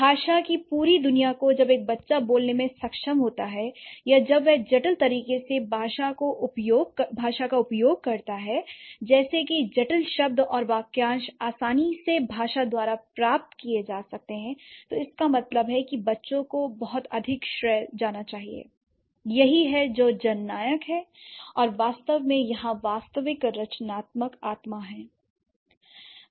भाषा की पूरी दुनिया को जब एक बच्चा बोलने में सक्षम होता है या जब वह जटिल तरीके से भाषा का उपयोग करता है जैसे कि जटिल शब्द और वाक्यांश आसानी से भाषा द्वारा प्राप्त किए जा सकते हैं तो इसका मतलब है कि बच्चों को बहुत अधिक श्रेय जाना चाहिए l यही है जो जननायक हैं और वास्तव में यहां वास्तविक रचनात्मक आत्मा है